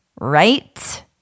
right